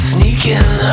Sneaking